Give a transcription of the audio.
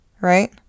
right